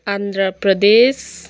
Andhra Pradesh